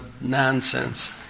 nonsense